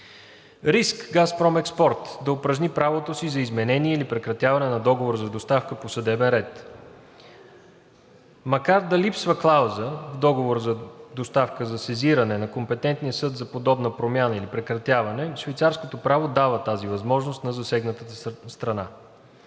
Риск ООО „Газпром Експорт“ да упражни правото си за изменение или прекратяване на Договора за доставка по съдебен ред. Макар да липсва клауза в Договора за доставка за сезиране на компетентния съд за подобна промяна/прекратяване, швейцарското право дава тази възможност на засегнатата страна.